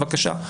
בבקשה,